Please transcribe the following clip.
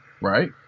Right